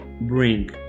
bring